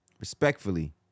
Respectfully